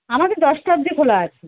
আমাদের দশটা অবধি খোলা আছে